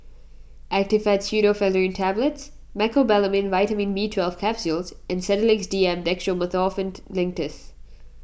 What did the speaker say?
Actifed Pseudoephedrine Tablets Mecobalamin Vitamin B Twelve Capsules and Sedilix D M Dextromethorphan Linctus